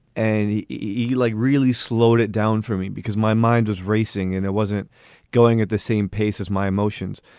and he's yeah like, really slowed it down for me because my mind was racing and it wasn't going at the same pace as my emotions.